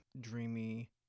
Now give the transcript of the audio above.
dreamy